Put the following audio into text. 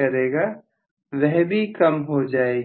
करेगा वह भी कम हो जाएगी